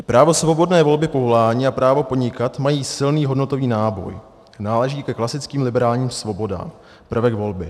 Právo svobodné volby podnikání a právo podnikat mají silný hodnotový náboj, náleží ke klasickým liberálním svobodám prvek volby.